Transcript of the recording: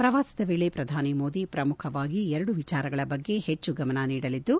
ಪ್ರವಾಸದ ವೇಳೆ ಪ್ರಧಾನಿ ಮೋದಿ ಪ್ರಮುಖವಾಗಿ ಎರಡು ವಿಚಾರಗಳ ಬಗ್ಗೆ ಹೆಚ್ಚು ಗಮನ ನೀಡಲಿದ್ದು